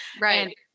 Right